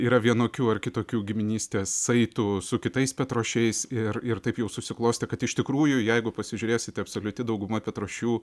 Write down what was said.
yra vienokių ar kitokių giminystės saitų su kitais petrošiais ir ir taip jau susiklostė kad iš tikrųjų jeigu pasižiūrėsite absoliuti dauguma petrošių